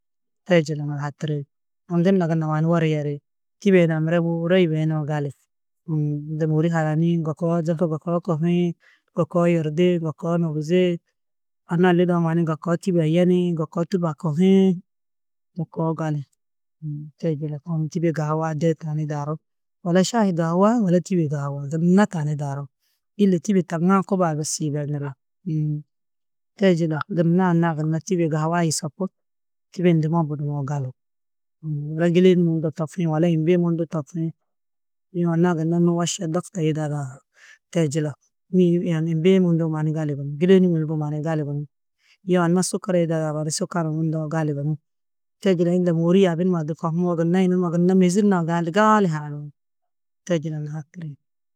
Te jila ŋadu hatiri aũ gunna, gunna mannu wur yeri. Tîbe hunã mire môoore yibeyinoo gali, uũ de môori hananiĩ, ŋga koo zaka ŋga koo kohiĩ, ŋga koo yerdiĩ, ŋga koo nobuzi anna-ã lidoo mannu ŋga koo tîbe yeniĩ, ŋga koo tûba kohiĩ to koo gali. Te jila aũ tîbe gahuaa de tani daarú. Wala šahi gahuaa wala tîbe gahuaa gunna tani daarú. Ille tîbe taŋã kubaa bes yibenuru. Te jila gunna anna-ã gunna tîbe gahuaa yusopu. Tîbe nduma budũwo gali wala gîleni mundu tokiĩ wala mbi mundu tokiĩ. Yo anna-ã gunna nû woša docta yidadã te jila, imbi-ĩ mundu mannu gali gunú, gîleni mannu gali gunú. Yoo anna sukar yidadã mannu sukar munduo gali gunú. Te jila unda môori yaabi numa du kohumoo gunna yunu numa gunna mêzir na gali gaali hananiĩ. Te jila nuhatiri.